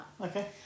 Okay